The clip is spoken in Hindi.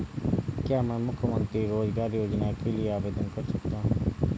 क्या मैं मुख्यमंत्री रोज़गार योजना के लिए आवेदन कर सकता हूँ?